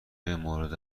مورد